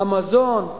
המזון,